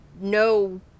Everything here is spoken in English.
no